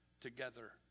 together